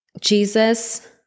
Jesus